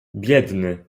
biedny